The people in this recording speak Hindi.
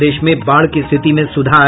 प्रदेश में बाढ़ की स्थिति में सुधार